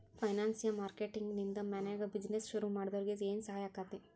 ಫೈನಾನ್ಸಿಯ marketing ನಿಂದಾ ಮನ್ಯಾಗ್ business ಶುರುಮಾಡ್ದೊರಿಗೆ ಏನ್ಸಹಾಯಾಕ್ಕಾತಿ?